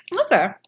Okay